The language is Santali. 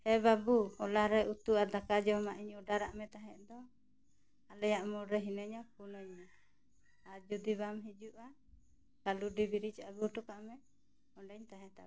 ᱮ ᱵᱟᱹᱵᱩ ᱦᱚᱞᱟ ᱨᱮ ᱩᱛᱩ ᱟᱨ ᱫᱟᱠᱟ ᱡᱚᱢᱟᱜ ᱤᱧ ᱚᱰᱟᱨᱟᱜ ᱢᱮ ᱛᱟᱦᱮᱸᱜ ᱫᱚ ᱟᱞᱮᱭᱟᱜ ᱢᱳᱲ ᱨᱮ ᱦᱤᱱᱟᱹᱧᱟᱹ ᱯᱷᱳᱱᱟᱹᱧ ᱢᱮ ᱟᱨ ᱡᱩᱫᱤ ᱵᱟᱢ ᱦᱤᱡᱩᱜᱼᱟ ᱠᱷᱟᱹᱞᱩᱰᱤ ᱵᱤᱨᱤᱡᱽ ᱟᱹᱜᱩ ᱦᱚᱴᱚ ᱠᱟᱜ ᱢᱮ ᱚᱸᱰᱮᱧ ᱛᱟᱦᱮᱸ ᱛᱟᱲᱚᱜᱼᱟ